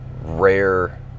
Rare